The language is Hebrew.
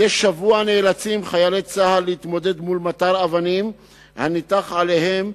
מדי שבוע נאלצים חיילי צה"ל להתמודד עם מטר אבנים הניתך עליהם,